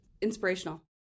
Inspirational